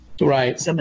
right